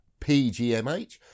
pgmh